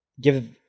Give